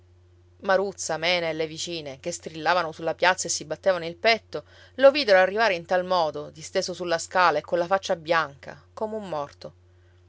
maruzza mena e le vicine che strillavano sulla piazza e si battevano il petto lo videro arrivare in tal modo disteso sulla scala e colla faccia bianca come un morto